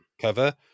cover